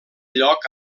lloc